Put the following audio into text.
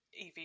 ev